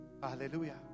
Hallelujah